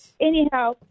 anyhow